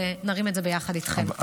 ונרים את זה ביחד איתכם.